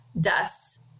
Dust